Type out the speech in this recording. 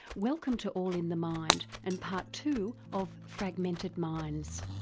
welcome to all in the mind and part two of fragmented minds.